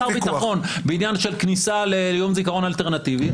או שר הביטחון בעניין של כניסה ליום זיכרון אלטרנטיבי.